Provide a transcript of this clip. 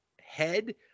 head